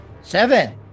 seven